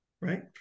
right